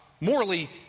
morally